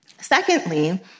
Secondly